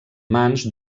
mans